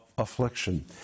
Affliction